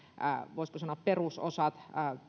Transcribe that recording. voisiko sanoa perusosat